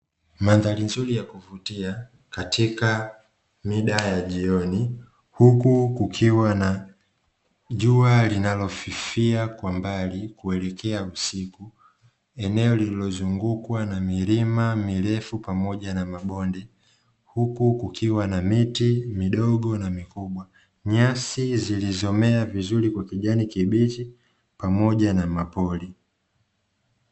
Mandhari nzuri ya kuvutia katika mida ya jioni huku kukiwa na jua linalofifia kwa mbali kuelekea usiku eneo lililozungukwa na milima mirefu pamoja na mabonde, huku kukiwa na miti midogo na mikubwa nyasi zilizomea vizuri kwa kijani kibichi pamoja na mapori.